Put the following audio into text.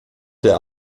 der